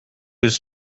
was